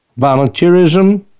volunteerism